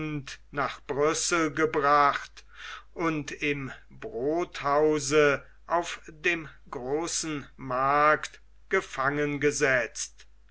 nach brüssel gebracht und im brodhause auf dem großen markte gefangengesetzt